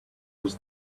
was